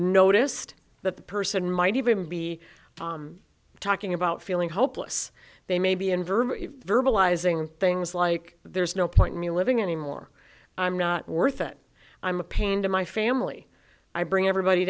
noticed that the person might even be talking about feeling hopeless they may be in verbal verbalizing things like there's no point in me living anymore i'm not worth it i'm a pain to my family i bring everybody